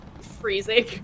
freezing